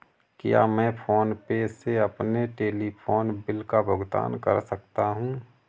क्या मैं फोन पे से अपने टेलीफोन बिल का भुगतान कर सकता हूँ?